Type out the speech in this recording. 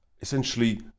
essentially